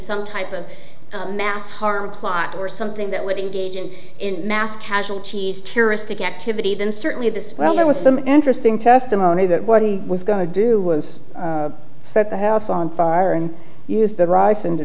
some type of mass harm plot or something that would engage in in mass casualties terroristic activity then certainly this well there was some interesting testimony that what he was going to do was set the house on fire and use the rice and to